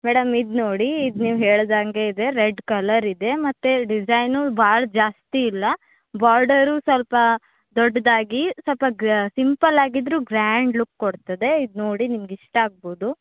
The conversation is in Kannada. ಮೇಡಮ್ ಇದು ನೋಡಿ ಇದು ನೀವು ಹೇಳಿದಂಗೆ ಇದೆ ರೆಡ್ ಕಲರ್ ಇದೆ ಮತ್ತು ಡಿಸೈನು ಭಾಳ ಜಾಸ್ತಿ ಇಲ್ಲ ಬಾರ್ಡರ್ರೂ ಸ್ವಲ್ಪ ದೊಡ್ಡದಾಗಿ ಸ್ವಲ್ಪ ಗ್ರ್ ಸಿಂಪಲ್ ಆಗಿದ್ದರೂ ಗ್ರ್ಯಾಂಡ್ ಲುಕ್ ಕೊಡ್ತದೆ ಇದು ನೋಡಿ ನಿಮ್ಗೆ ಇಷ್ಟ ಆಗ್ಬೌದು